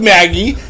Maggie